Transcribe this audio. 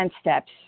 steps